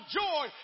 joy